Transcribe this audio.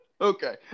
okay